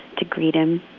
to greet him,